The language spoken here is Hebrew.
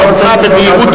אני לא רוצה לדבר,